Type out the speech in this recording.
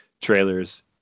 trailers